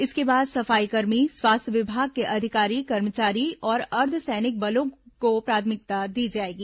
इसके बाद सफाईकर्मी स्वास्थ्य विभाग के अधिकारी कर्मचारी और अर्द्वसैनिक बलों को प्राथमिकता दी जाएगी